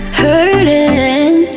hurting